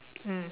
mm